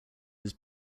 his